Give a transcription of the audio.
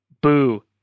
Boo